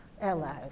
allies